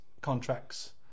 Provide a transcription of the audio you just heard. contracts